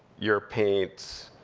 your paints,